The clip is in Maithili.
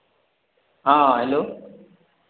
हँ हेलो